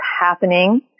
happening